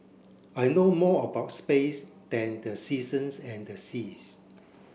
I know more about space than the seasons and the seas